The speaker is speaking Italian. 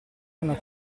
una